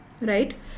right